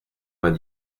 vingt